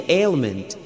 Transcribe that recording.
ailment